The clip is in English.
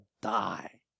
die